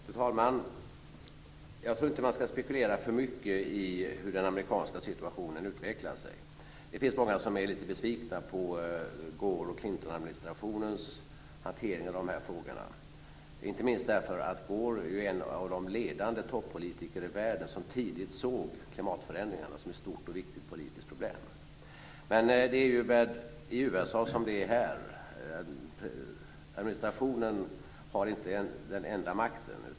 Fru talman! Jag tror inte att man ska spekulera för mycket i hur den amerikanska situationen utvecklar sig. Det är många som är lite besvikna på Gore och Clintonadministrationens hantering av de här frågorna, inte minst därför att Gore är en av de ledande toppolitiker i världen som tidigt såg klimatförändringarna som ett stort och viktigt politiskt problem. Det är ju i USA som det är här. Administrationen har inte den enda makten.